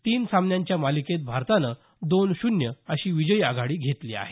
तीन सामन्यांच्या मालिकेत भारतानं दोन शून्य अशी विजयी आघाडी घेतली आहे